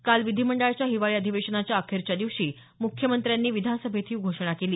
काल विधीमंडळाच्या हिवाळी अधिवेशनाच्या अखेरच्या दिवशी मुख्यमंत्र्यांनी विधानसभेत ही घोषणा केली